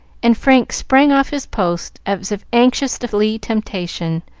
and frank sprang off his post as if anxious to flee temptation,